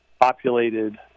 populated